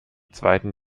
zweiten